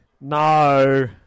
No